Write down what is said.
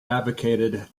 advocated